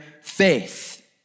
faith